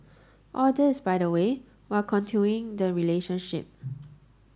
all this by the way while continuing the relationship